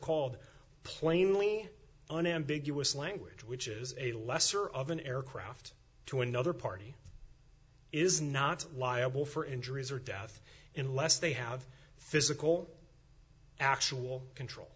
called plainly an ambiguous language which is a lesser of an aircraft to another party is not liable for injuries or death in unless they have physical actual control